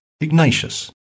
Ignatius